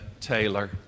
Taylor